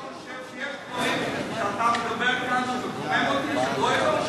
האם אדוני לא חושב שיש דברים שאתה מדבר כאן שמקוממים אותי,